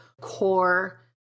core